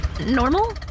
normal